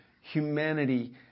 humanity